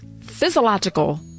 physiological